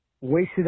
Wasted